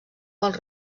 pels